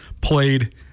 played